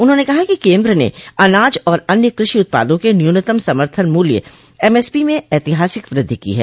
उन्होंने कहा कि केन्द्र ने अनाज और अन्य कृषि उत्पादों के न्यूनतम समर्थन मूल्य एम एस पी में ऐतिहासिक वृद्धि की है